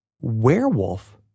werewolf